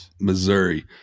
Missouri